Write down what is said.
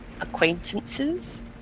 acquaintances